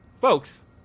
folks